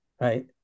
right